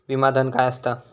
विमा धन काय असता?